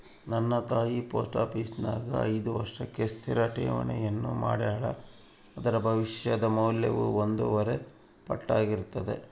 ನನ್ನ ತಾಯಿ ಪೋಸ್ಟ ಆಪೀಸಿನ್ಯಾಗ ಐದು ವರ್ಷಕ್ಕೆ ಸ್ಥಿರ ಠೇವಣಿಯನ್ನ ಮಾಡೆಳ, ಅದರ ಭವಿಷ್ಯದ ಮೌಲ್ಯವು ಒಂದೂವರೆ ಪಟ್ಟಾರ್ಗಿತತೆ